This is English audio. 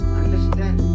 understand